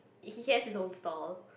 he he has his own stall